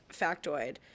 factoid